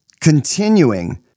continuing